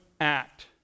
act